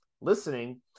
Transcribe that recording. listening